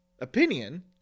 opinion